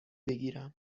بگیرم